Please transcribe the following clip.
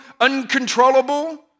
uncontrollable